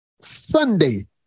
Sunday